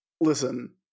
Listen